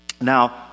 now